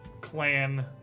clan